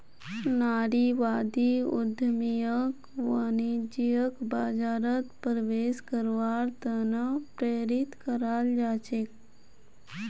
नारीवादी उद्यमियक वाणिज्यिक बाजारत प्रवेश करवार त न प्रेरित कराल जा छेक